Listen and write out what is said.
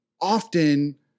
often